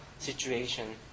situation